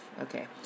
Okay